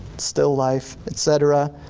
still life, et cetera,